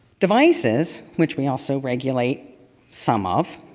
devices, which we also regulate some of,